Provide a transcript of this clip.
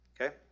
okay